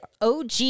OG